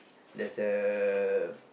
there's a